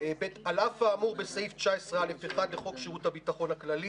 על אף האמור בסעיף 19א(1) לחוק שירות הביטחון הכללי